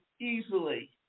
easily